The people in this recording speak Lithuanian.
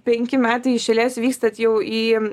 penki metai iš eilės vykstat jau į